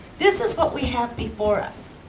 this is what we have before us.